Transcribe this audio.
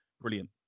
Brilliant